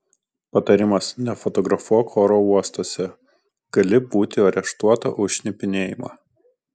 patarimas nefotografuok oro uostuose gali būti areštuota už šnipinėjimą